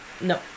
No